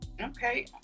Okay